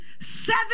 seven